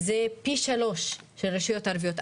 זה פי שלוש של רשויות ערביות.